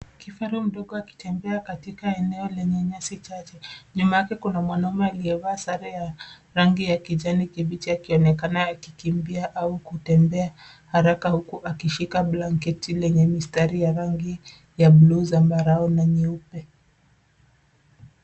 Kifaru mdogo akitembea katika eneo lenye nyasi chache. Nyuma yake kuna mwanaume aliyevaa sare ya rangi ya kijani kibichi akionekana akikimbia au kutembea haraka, huku akishika blanketi lenye mistari ya rangi ya bluu, zambarau na nyeupe.